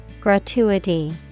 Gratuity